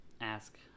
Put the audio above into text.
ask